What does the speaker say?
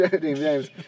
James